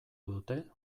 dute